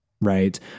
Right